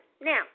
Now